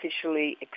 officially